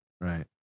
Right